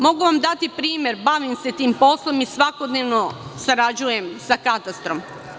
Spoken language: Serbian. Mogu vam dati primer, bavim se tim poslom i svakodnevno sarađujem sa katastrom.